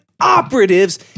operatives